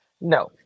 No